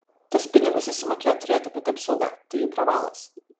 tuos pinigus susimokėt turėtų pati apsauga tai jų pravalas